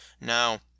now